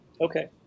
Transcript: okay